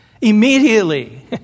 immediately